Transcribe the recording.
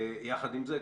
יחד עם זאת,